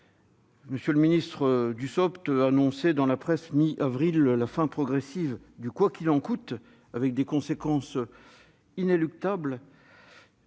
publics, Olivier Dussopt, a annoncé dans la presse, mi-avril, la fin progressive du « quoi qu'il en coûte », avec des conséquences inéluctables